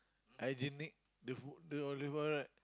hygienic the food the olive oil right